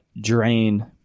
drain